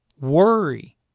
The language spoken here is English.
worry